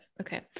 Okay